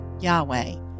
Yahweh